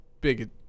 big